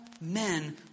men